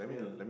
yeah